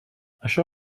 això